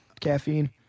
caffeine